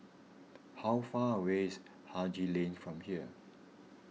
how far away is Haji Lane from here